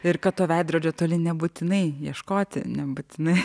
ir kad to veidrodžio toli nebūtinai ieškoti nebūtinai